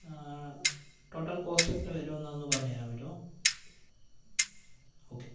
total cost എത്ര വരുമെന്ന് അതൊന്നു പറഞ്ഞു തരാൻ പറ്റുമോ ഓക്കേ